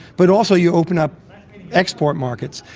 but also you open up export markets.